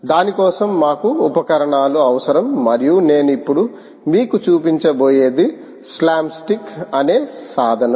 దాని కోసం మాకు ఉపకరణాలు అవసరం మరియు నేను ఇప్పుడు మీకు చూపించబోయేది స్లామ్ స్టిక్ అనే సాధనం